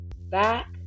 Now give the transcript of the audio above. back